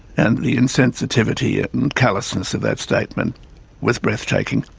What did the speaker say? and the insensitivity and callousness of that statement was breathtaking.